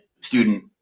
student